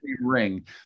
ring